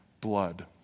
blood